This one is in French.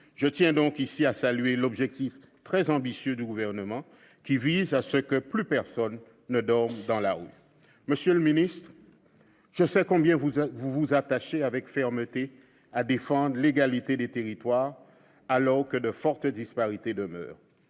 Je tiens donc à saluer l'objectif très ambitieux du Gouvernement qui vise à ce que plus personne ne dorme dans la rue. Monsieur le ministre, je sais avec quelle fermeté vous défendez l'égalité des territoires, alors que de fortes disparités demeurent.